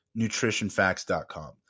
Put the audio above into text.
NutritionFacts.com